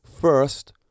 first